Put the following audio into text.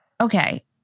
Okay